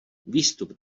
výstup